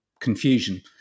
confusion